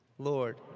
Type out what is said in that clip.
Lord